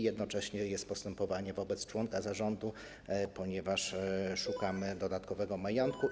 Jednocześnie jest postępowanie wobec członka zarządu, ponieważ szukamy dodatkowego majątku.